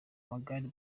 amagare